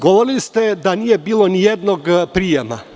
Govorili ste da nije bilo nijednog prijema.